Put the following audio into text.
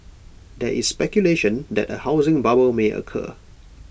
there is speculation that A housing bubble may occur